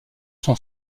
son